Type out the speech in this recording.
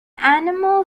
animal